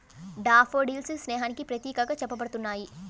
daffodils స్నేహానికి ప్రతీకగా చెప్పబడుతున్నాయి